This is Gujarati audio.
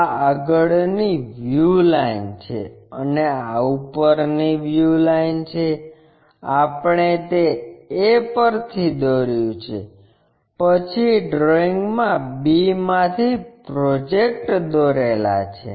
આ આગળની વ્યૂ લાઇન છે અને આ ઉપરની વ્યૂ લાઇન છે આપણે તે a પરથી દોર્યું છે પછી ડ્રોઇંગમાં b માંથી પ્રોજેક્ટર દોરેલા છે